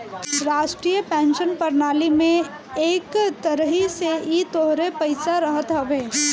राष्ट्रीय पेंशन प्रणाली में एक तरही से इ तोहरे पईसा रहत हवे